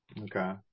Okay